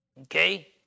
Okay